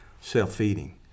self-feeding